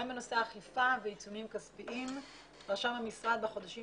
גם בנושא האכיפה ועיצומים כספיים רשם המשרד בחודשים